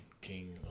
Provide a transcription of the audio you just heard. king